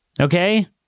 Okay